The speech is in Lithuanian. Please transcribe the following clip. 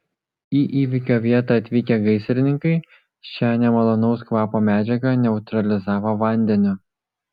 į įvykio vietą atvykę gaisrininkai šią nemalonaus kvapo medžiagą neutralizavo vandeniu